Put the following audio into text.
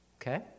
okay